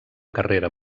carrera